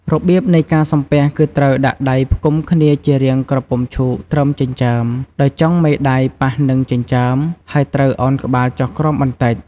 របៀបនៃការសំពះគឺត្រូវដាក់ដៃផ្គុំគ្នាជារាងក្រពុំឈូកត្រឹមចិញ្ចើម ដោយចុងមេដៃប៉ះនឹងចិញ្ចើម ហើយត្រូវឱនក្បាលចុះក្រោមបន្តិច។